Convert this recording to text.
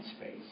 space